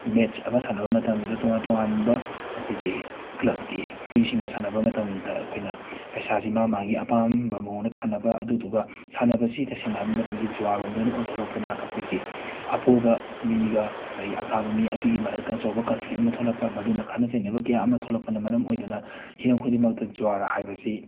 match ꯑꯃ ꯁꯥꯟꯅꯕ ꯃꯇꯝꯗ ꯇꯣꯉꯥꯟ ꯇꯣꯉꯥꯟꯕ ꯑꯩꯈꯣꯏꯒꯤ ꯀ꯭ꯂꯕꯒꯤ ꯃꯤꯁꯤꯡꯅ ꯁꯥꯟꯅꯕ ꯃꯇꯝꯗ ꯑꯩꯈꯣꯏꯅ ꯄꯩꯁꯥꯁꯤ ꯃꯥ ꯃꯥꯒꯤ ꯑꯄꯥꯝꯕ ꯃꯑꯣꯡꯗ ꯊꯥꯟꯅꯕ ꯑꯗꯨꯗꯨꯒ ꯁꯥꯟꯅꯕꯁꯤ ꯇꯁꯦꯡꯅ ꯍꯥꯏꯕ ꯃꯇꯝꯗ ꯖꯨꯋꯔꯔꯣꯝꯗ ꯑꯣꯏꯅ ꯑꯣꯟꯊꯣꯛꯔꯛꯄꯅ ꯑꯩꯈꯣꯏꯒꯤ ꯑꯄꯣꯕ ꯃꯤꯒ ꯉꯁꯥꯏꯒꯤ ꯑꯀꯥꯕ ꯃꯤ ꯑꯗꯨꯒꯤ ꯃꯔꯛꯇ ꯑꯆꯧꯕ ꯀꯟꯐ꯭ꯂꯤꯛ ꯑꯃ ꯊꯣꯛꯂꯛꯄ ꯃꯗꯨꯅ ꯈꯠꯅ ꯆꯩꯅꯕ ꯀꯌꯥ ꯑꯃ ꯊꯣꯛꯂꯄꯅ ꯃꯔꯝ ꯑꯣꯏꯗꯨꯅ ꯍꯤꯔꯝ ꯈꯨꯗꯤꯡꯃꯛꯇ ꯖꯨꯋꯔ ꯍꯥꯏꯁꯤ